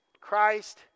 Christ